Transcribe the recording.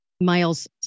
Miles